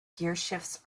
gearshifts